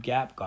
Gap